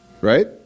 Right